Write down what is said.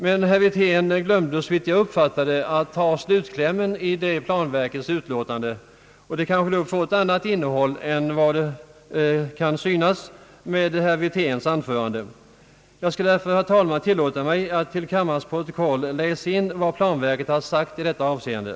Men herr Wirtén glömde att läsa upp slutklämmen i planverkets utlåtande. Utlåtandet fick på det sättet ett annat innehåll än som framgick av herr Wirténs anförande. Jag skall därför, herr talman, tillåta mig att till kammarens protokoll läsa in vad planverket har sagt i detta avseende.